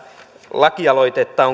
lakialoitetta